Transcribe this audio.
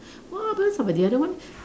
what happens of the other one